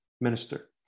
minister